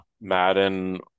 Madden